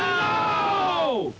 oh